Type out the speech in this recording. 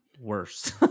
worse